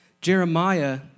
Jeremiah